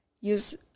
use